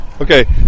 Okay